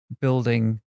building